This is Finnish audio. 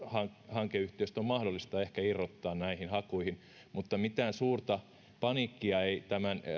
hankeyhtiöistä on mahdollista ehkä irrottaa näihin hakuihin mutta mitään suurta paniikkia ei tämän